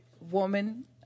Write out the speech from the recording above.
woman